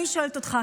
אני שואלת אותך,